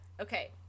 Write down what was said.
Okay